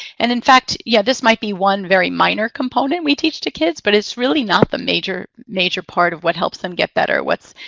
and in fact, yeah, this might be one very minor component we teach to kids, but it's really not the major major part of what helps them get better. what's